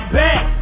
back